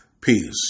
Peace